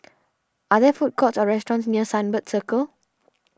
are there food courts or restaurants near Sunbird Circle